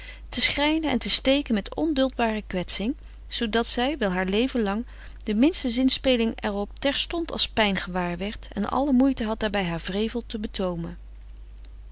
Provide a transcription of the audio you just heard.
te schrijnen en te steken met onduldbare kwetsing zoodat zij wel haar leven lang de minste zinspeling er op terstond als pijn gewaarwerd en alle moeite had daarbij haar wrevel te betoomen